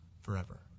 forever